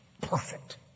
perfect